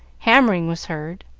hammering was heard,